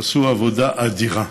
עשו עבודה אדירה.